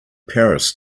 paris